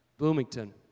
Bloomington